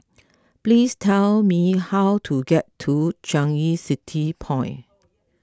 please tell me how to get to Changi City Point